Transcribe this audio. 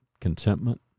contentment